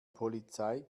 polizei